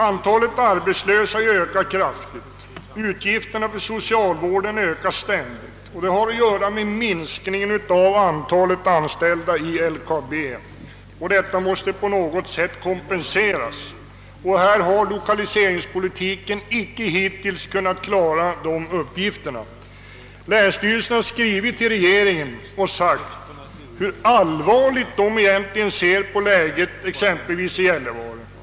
Antalet arbetslösa ökar kraftigt. Utgifterna för socialvården ökar ständigt, vilket samman hänger med minskningen av antalet anställda i LKAB. Detta måste på något sätt kompenseras. Lokaliseringspolitiken har inte hittills kunnat klara dessa uppgifter. Länsstyrelsen har skrivit till regeringen och framhållit hur allvarligt den ser på läget exempelvis i Gällivare kommun.